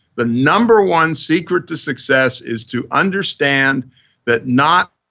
the number one secret to success is to understand that not